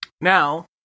Now